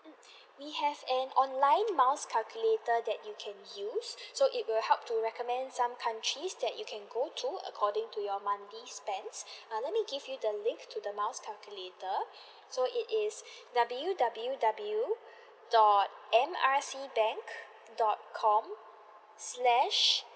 we have an online miles calculator that you can use so it will help to recommend some countries that you can go to according to your monthly spends err let me give you the link to the miles calculator so it is W W W dot M R C bank dot com slash